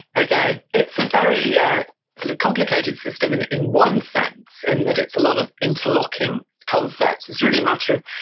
okay. it's a very yeah sort of complicated system in in one sense, in that it's a lot of interlocking concepts. it's really a matter of,